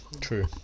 true